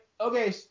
okay